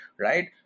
right